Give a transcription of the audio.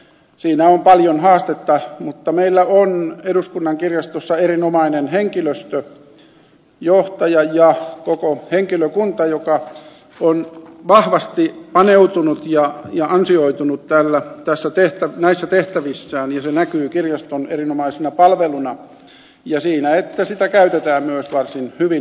siinä on paljon haastetta mutta meillä on eduskunnan kirjastossa erinomainen henkilöstö johtaja ja koko henkilökunta joka on vahvasti paneutunut ja ansioitunut näissä tehtävissään ja se näkyy kirjaston erinomaisena palveluna ja siinä että sitä käytetään myös varsin hyvin edelleen